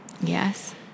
Yes